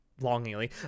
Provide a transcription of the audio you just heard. longingly